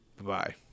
bye